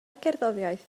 gerddoriaeth